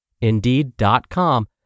Indeed.com